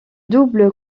double